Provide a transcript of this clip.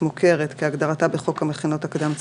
מוכרת כהגדרתה בחוק המכינות הקדם צבאיות.